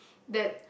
that